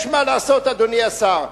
יש מה לעשות, אדוני השר.